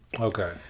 Okay